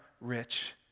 rich